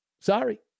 Sorry